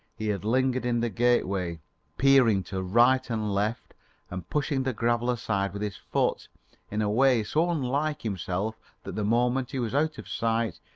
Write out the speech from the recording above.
he had lingered in the gateway peering to right and left and pushing the gravel aside with his foot in a way so unlike himself that the moment he was out of sight,